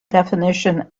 definition